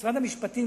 משרד המשפטים,